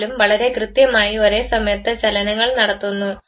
എന്നാലും വളരെ കൃത്യമായി ഒരേസമയത്ത് ചലനങ്ങൾ നടത്തുന്നു